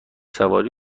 سواری